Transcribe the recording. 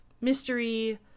mystery